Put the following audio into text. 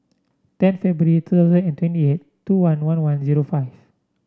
ten February two thousand and twenty eight two one one one zero five